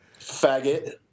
faggot